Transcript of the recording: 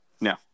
No